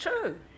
True